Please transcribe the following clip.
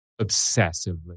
obsessively